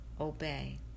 obey